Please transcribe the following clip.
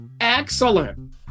excellent